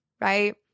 right